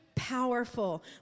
powerful